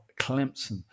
Clemson